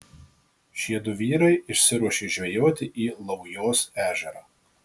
šie du vyrai išsiruošė žvejoti į laujos ežerą